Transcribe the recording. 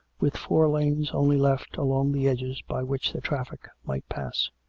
with four lanes only left along the edges by which the traffic might pass